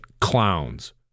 clowns